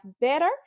better